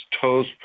toes